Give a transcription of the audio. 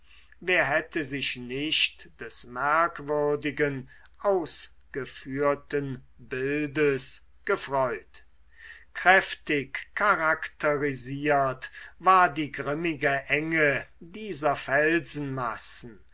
wer hätte sich nicht des merkwürdigen ausgeführten bildes gefreut kräftig charakterisiert war die grimmige enge dieser